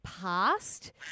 past